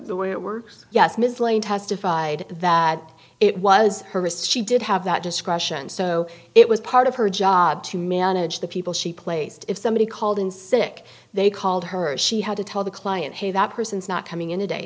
the way it works yes ms lane testified that it was her wrist she did have that discretion so it was part of her job to manage the people she placed if somebody called in sick they called her she had to tell the client hey that person is not coming in today